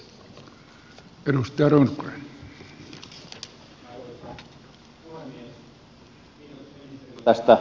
kiitos ministerille tästä metsälaista